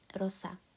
Rosa